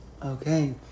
Okay